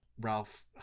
Ralph